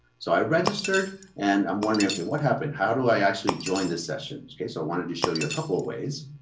so i registered and i'm wondering, okay, what happened? how do i actually join this session? okay, so i wanted to show you a couple of ways.